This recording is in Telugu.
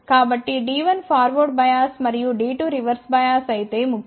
కాబట్టి D1 ఫార్వర్డ్ బయాస్ మరియు D2 రివర్స్ బయాస్ అనేది ముఖ్యం